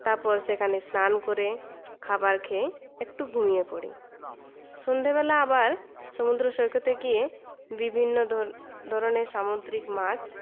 তারপর সেখানে স্নান করে খাবার খেয়ে একটু ঘুমিয়ে পড়ি সন্ধ্যেবেলা আবার সমুদ্র সৈকতে গিয়ে বিভিন্ন ধরনের সামুদ্রিক মাছ